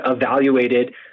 evaluated